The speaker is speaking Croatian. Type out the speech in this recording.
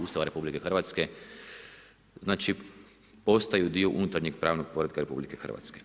Ustava RH, znači postaju dio unutarnje pravnog poretka RH.